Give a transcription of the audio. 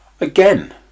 Again